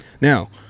Now